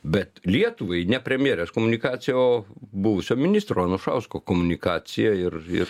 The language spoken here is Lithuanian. bet lietuvai ne premjerės komunikacija o buvusio ministro anušausko komunikacija ir ir